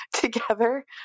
together